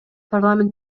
парламент